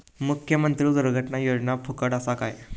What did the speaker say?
मुख्यमंत्री दुर्घटना योजना फुकट असा काय?